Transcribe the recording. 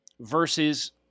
versus